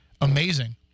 amazing